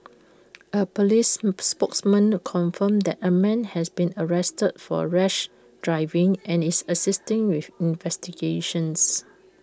A Police spokesman confirmed that A man has been arrested for rash driving and is assisting with investigations